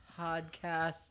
podcast